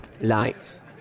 lights